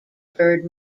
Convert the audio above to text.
bird